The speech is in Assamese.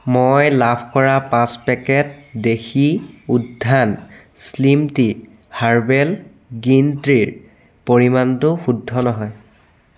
মই লাভ কৰা পাঁচ পেকেট দেশী উত্থান শ্লীম টি হাৰ্বেল গ্ৰীণ টিৰ পৰিমাণটো শুদ্ধ নহয়